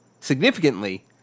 Significantly